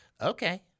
Okay